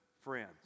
friends